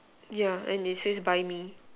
yeah and it says buy me